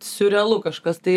siurrealu kažkas tai